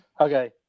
Okay